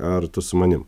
ar tu su manim